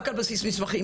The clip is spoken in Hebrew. רק על בסיס מסמכים,